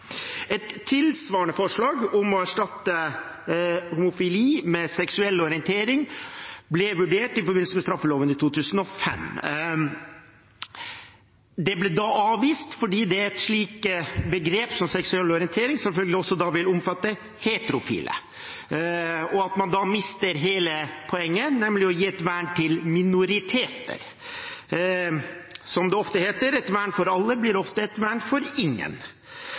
forbindelse med straffeloven i 2005. Det ble da avvist, for et begrep som «seksuell orientering» ville selvfølgelig da også omfatte heterofile. Da mister man hele poenget, nemlig å gi et vern til minoriteter. Som det ofte heter: Et vern for alle, blir ofte et vern for ingen.